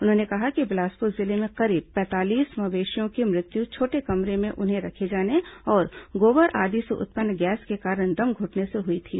उन्होंने कहा कि बिलासपुर जिले में करीब पैंतालीस मवेशियों की मृत्यु छोटे कमरे में उन्हें रखे जाने और गोबर आदि से उत्पन्न गैस के कारण दम घुटने से हुई थी